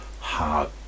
Hard